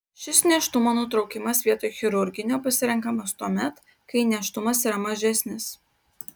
šis nėštumo nutraukimas vietoj chirurginio pasirenkamas tuomet kai nėštumas yra mažesnis